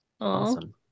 Awesome